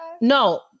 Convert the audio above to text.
No